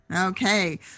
Okay